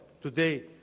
today